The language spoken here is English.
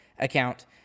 account